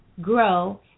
grow